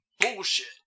Bullshit